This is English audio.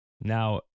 now